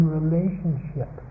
relationship